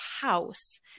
house